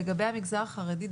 לגבי המגזר החרדי,